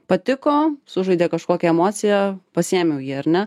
patiko sužaidė kažkokią emociją pasiėmiau jį ar ne